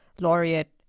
laureate